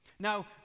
Now